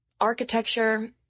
architecture